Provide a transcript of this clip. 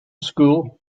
school